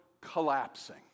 collapsing